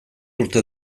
urte